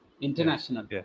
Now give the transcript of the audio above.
International